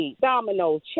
dominoes